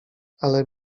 ale